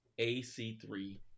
ac3